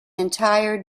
entire